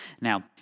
Now